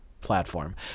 platform